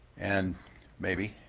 and maybe